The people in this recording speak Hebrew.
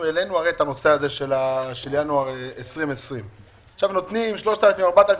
העלינו את הנושא של ינואר 2020. נותנים 3,000-4,000